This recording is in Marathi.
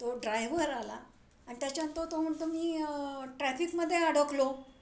तो ड्रायव्हर आला आणि त्याच्यानंतर तो म्हणतो मी ट्रॅफिकमध्ये अडकलो